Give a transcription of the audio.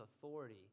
authority